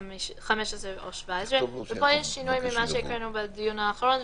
יש שינוי ממה שקראנו בדיון האחרון,